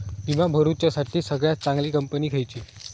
विमा भरुच्यासाठी सगळयात चागंली कंपनी खयची?